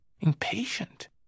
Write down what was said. impatient